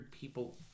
people